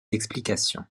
explications